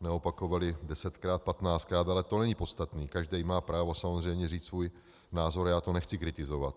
neopakovaly desetkrát, patnáctkrát, ale to není podstatné, každý má právo samozřejmě říct svůj názor a já to nechci kritizovat.